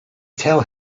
tell